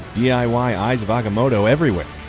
diy eyes of agamotto everywhere.